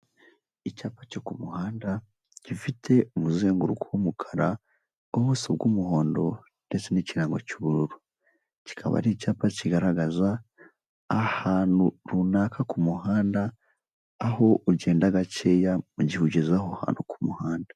Icyapa cyo ku muhanda gifite umuzenguruko w'umukara, ubuso bw'umuhondo ndetse n'ikirango cy'ubururu, kikaba ari icyapa kigaragaza ahantu runaka ku muhanda, aho ugenda gakeya mu gihe ugeze aho hantu ku muhanda.